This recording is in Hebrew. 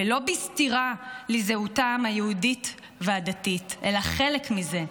לא בסתירה לזהותם היהודית והדתית, אלא חלק מזה,